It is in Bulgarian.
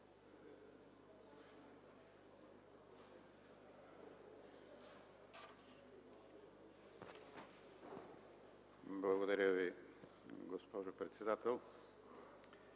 Благодаря, госпожо председател.